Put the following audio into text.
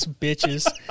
bitches